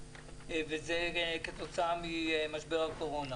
וזה כתוצאה ממשבר הקורונה.